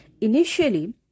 Initially